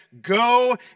Go